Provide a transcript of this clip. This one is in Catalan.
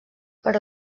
però